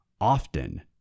often